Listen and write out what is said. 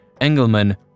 Engelman